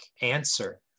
answer